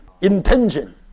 intention